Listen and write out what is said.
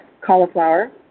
cauliflower